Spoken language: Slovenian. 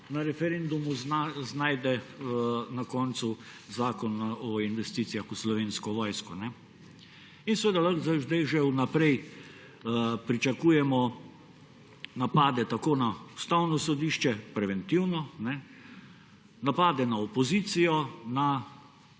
na referendumu znajde na koncu zakon o investicijah v slovensko vojsko. In seveda lahko zdaj že vnaprej pričakujemo napade tako na Ustavno sodišče – preventivno, napade na opozicijo, na